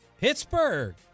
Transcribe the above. Pittsburgh